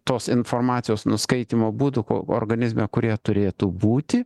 tos informacijos nuskaitymo būdų ko organizme kurie turėtų būti